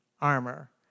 armor